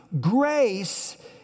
Grace